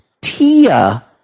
Tia